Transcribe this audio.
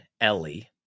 Ellie